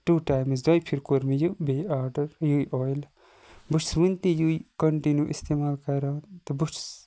two times دۄیہِ پھِرِ کوٚر مےٚ یہِ بیٚیہِ آرڈَر یہِ اۄیل بہٕ چھُس وِنتہِ یہِ کَنٹِنیٚو اِستعمال کَران تہٕ بہٕ چھُس